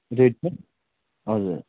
rate चाहिँ हजुर